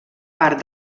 part